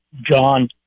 John